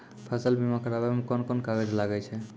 फसल बीमा कराबै मे कौन कोन कागज लागै छै?